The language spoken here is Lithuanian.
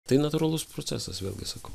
tai natūralus procesas vėlgi sakau